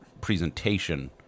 presentation